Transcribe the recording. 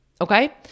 Okay